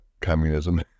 communism